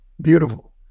beautiful